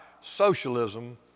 socialism